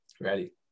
ready